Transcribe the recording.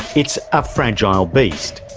it's a fragile beast.